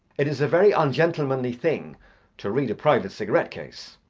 it is a very ungentlemanly thing to read a private cigarette case.